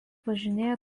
važinėja